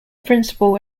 principal